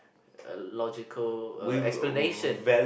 uh logical uh explanation